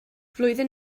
flwyddyn